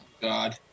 God